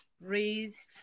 Raised